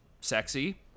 sexy